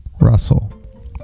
Russell